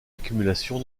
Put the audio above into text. accumulation